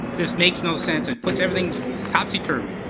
this makes no sense, it puts everything topsy-turvy.